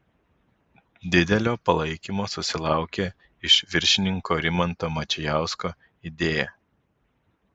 didelio palaikymo susilaukė iš viršininko rimanto mačijausko idėja